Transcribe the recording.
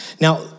Now